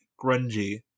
Grungy